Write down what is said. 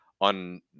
on